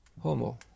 homo